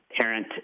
parent